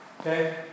Okay